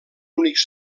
únics